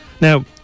Now